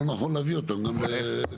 לא נכון להביא אותם גם לכאן?